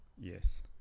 Yes